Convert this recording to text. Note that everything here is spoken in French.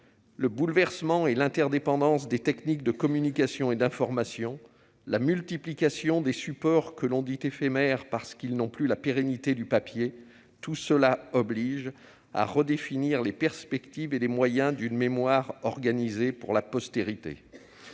le bouleversement et l'interdépendance des techniques de communication et d'information, la multiplication des supports que l'on dit éphémères parce qu'ils n'ont plus la pérennité du papier, tout cela oblige à redéfinir les perspectives et les moyens d'une mémoire organisée pour la postérité.